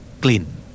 Clean